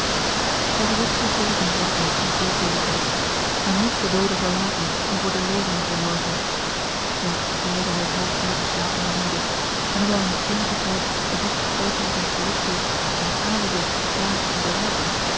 hij verzette zich tegen zijne zwakheid die zoo billijk was hij moest den doode verlaten om voor de levende te zorgen zacht vleide hij het hoofd van den ontslapene neder en hoewel hij nog eenigen tijd de vochtige oogen op hem gerigt hield en aarzelde de plaats te verlaten